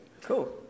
Cool